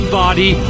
body